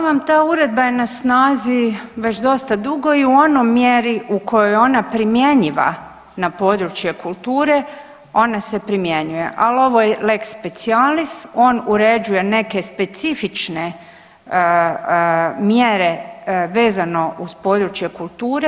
Hvala vam, ta uredba je na snazi već dosta dugo i u onoj mjeri u kojoj je ona primjenjiva na područje kulture ona se primjenjuje, ali ovo je lex specialis, on uređuje neke specifične mjere vezano uz područje kulture.